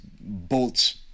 bolts